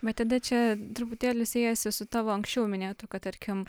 bet tada čia truputėlį siejasi su tavo anksčiau minėtu kad tarkim